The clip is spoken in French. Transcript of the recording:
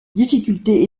difficultés